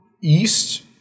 East